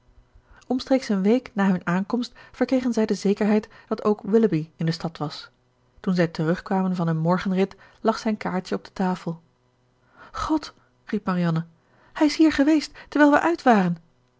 omstreeks een week na hun aankomst verkregen zij de zekerheid dat ook willoughby in de stad was toen zij terugkwamen van hun morgenrit lag zijn kaartje op de tafel god riep marianne hij is hier geweest terwijl wij uit waren